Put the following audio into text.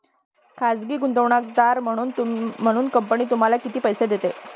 खाजगी गुंतवणूकदार म्हणून कंपनी तुम्हाला किती पैसे देते?